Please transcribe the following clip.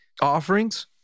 offerings